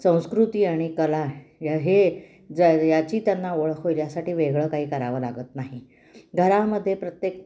संस्कृती आणि कला हे ज याची त्यांना ओळख होईल यासाठी वेगळं काही करावं लागत नाही घरामध्ये प्रत्येक